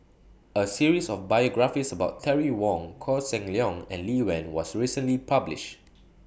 A series of biographies about Terry Wong Koh Seng Leong and Lee Wen was recently published